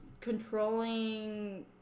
controlling